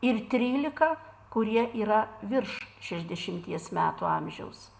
ir trylika kurie yra virš šešiasdešimties metų amžiaus